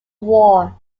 war